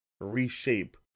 reshape